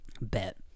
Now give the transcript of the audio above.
Bet